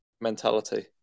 mentality